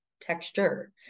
texture